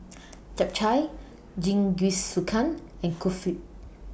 Japchae Jingisukan and Kulfi